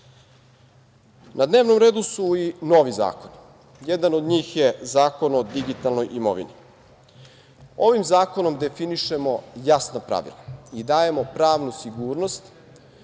dnevnom redu su i novi zakoni. Jedan od njih je i Zakon o digitalnoj imovini. Ovim zakonom definišemo jasna pravila i dajemo pravnu sigurnost